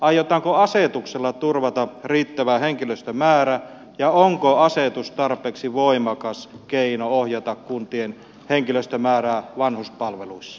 aiotaanko asetuksella turvata riittävä henkilöstömäärä ja onko asetus tarpeeksi voimakas keino ohjata kuntien henkilöstömäärää vanhuspalveluissa